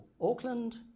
Auckland